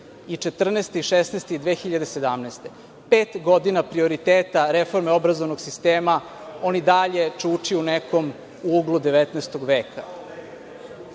i 2014. i 2016. i 2017. godine. Pet godina prioriteta reforme obrazovnog sistema, on i dalje čuči u nekom uglu 19. veka. Pošto